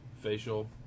Facial